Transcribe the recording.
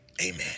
Amen